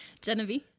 Genevieve